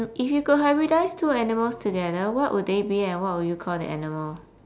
if you could hybridise two animals together what would they be and what would you call the animal